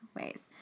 ways